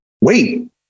Wait